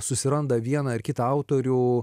susiranda vieną ar kitą autorių